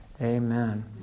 Amen